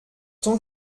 tant